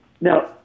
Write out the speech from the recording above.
Now